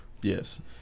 Yes